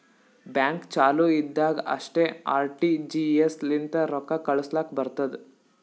bank ಚಾಲು ಇದ್ದಾಗ್ ಅಷ್ಟೇ ಆರ್.ಟಿ.ಜಿ.ಎಸ್ ಲಿಂತ ರೊಕ್ಕಾ ಕಳುಸ್ಲಾಕ್ ಬರ್ತುದ್